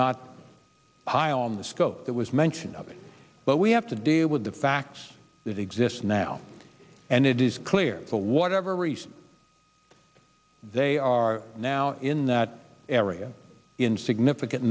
not high on the scope there was mention of it but we have to deal with the facts that exist now and it is clear for whatever reason they are now in that area in significant